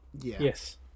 Yes